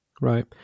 Right